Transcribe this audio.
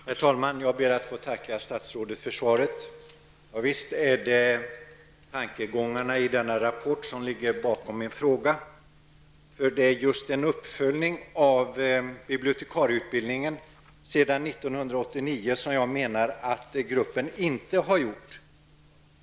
Herr talman! Jag ber att få tacka statsrådet för svaret. Ja, visst är det tankegångarna i den rapporten som ligger bakom min fråga. Just en uppföljning av bibliotekarieutbildningen sedan 1989 menar jag att gruppen inte har gjort.